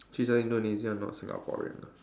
she's an Indonesian not Singaporean ah